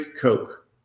Coke